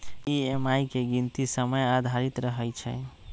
EMI के गीनती समय आधारित रहै छइ